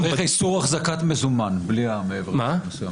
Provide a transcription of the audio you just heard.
צריך להיות איסור אחזקת מזומן בלי "מעבר לסכום מסוים".